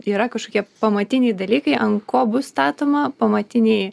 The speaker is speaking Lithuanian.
yra kažkokie pamatiniai dalykai ant ko bus statoma pamatiniai